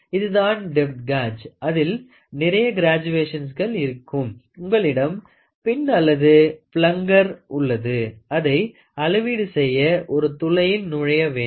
இது தான் depth gauge அதில் நிறைய கிராடுவேஷன்கள் இருக்கும் உங்களிடம் பிண் அல்லது பிளங்கர் உள்ளது அதை அளவீடு செய்ய ஒரு துளையில் நுழைய வேண்டும்